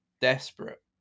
desperate